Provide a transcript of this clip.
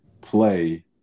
play